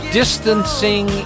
distancing